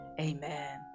amen